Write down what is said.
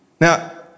Now